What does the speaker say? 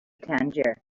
tangier